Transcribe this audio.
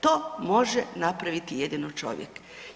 To može napraviti jedino čovjek.